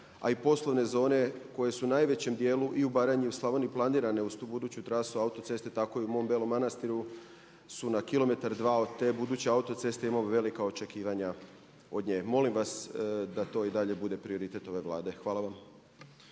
a i poslovne zone koje su u najvećem dijelu i u Baranji i u Slavoniji planirane uz tu buduću trasu autoceste, tako i u mom Belom Manastiru su na kilometar, dva od te buduće autoceste imao bi velika očekivanja od nje. Molim vas da to i dalje bude prioritet ove Vlade. Hvala vam.